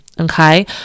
okay